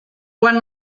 quan